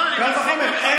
לא, אני מסכים איתך.